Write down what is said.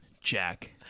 Jack